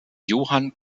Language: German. johann